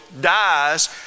dies